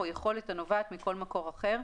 או יכולת הנובעת מכל מקור אחר,